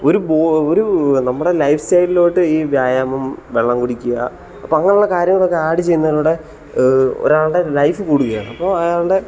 ഒരു ഒരു നമ്മുടെ ലൈഫ് സ്റ്റൈലിലോട്ട് ഈ വ്യായാമം വെള്ളം കുടിക്കുക അപ്പോൾ അങ്ങനെയുള്ള കാര്യങ്ങളൊക്കെ ആഡ് ചെയ്യുന്നതിലൂടെ ഒരാളുടെ ലൈഫ് കൂടുകയാണ് അപ്പോൾ അയാളുടെ